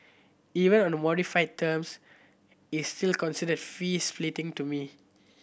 even on the modified terms it's still considered fee splitting to me